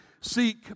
seek